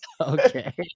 Okay